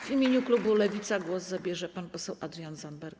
W imieniu klubu Lewica głos zabierze pan poseł Adrian Zandberg.